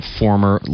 former